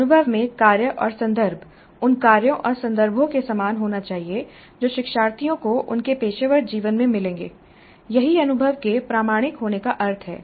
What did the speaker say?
अनुभव में कार्य और संदर्भ उन कार्यों और संदर्भों के समान होना चाहिए जो शिक्षार्थियों को उनके पेशेवर जीवन में मिलेंगे यही अनुभव के प्रामाणिक होने का अर्थ है